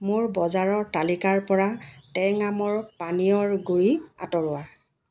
মোৰ বজাৰৰ তালিকাৰ পৰা টেং আমৰ পানীয়ৰ গুড়ি আঁতৰোৱা